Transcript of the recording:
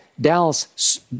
Dallas –